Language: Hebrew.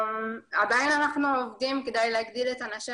עדיין אנחנו עובדים כדי להגדיל את אנשי